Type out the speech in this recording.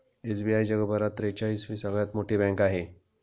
SBI जगभरात त्रेचाळीस वी सगळ्यात मोठी बँक आहे